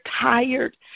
tired